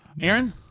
Aaron